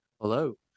hello